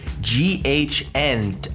G-H-N